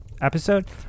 episode